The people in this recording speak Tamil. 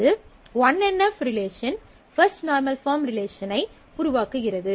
அது 1 N F relation first normal form relation ஐ உருவாக்குகிறது